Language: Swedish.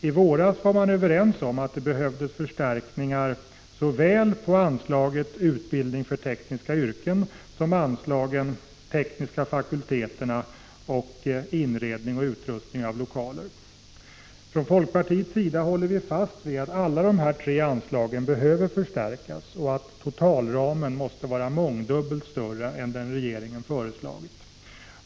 I våras var man överens om att det behövdes förstärkningar såväl på anslaget Utbildning för tekniska yrken som anslagen Tekniska fakulteterna och Inredning och utrustning av lokaler. Från folkpartiets sida håller vi fast vid att alla de tre anslagen behöver förstärkas och att totalramen måste vara mångdubbelt större än den regeringen har föreslagit.